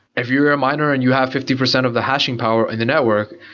if you're a miner and you have fifty percent of the hashing power in the network,